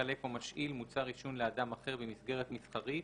מחלק או משאיל מוצר עישון לאדם אחר במסגרת מסחרית,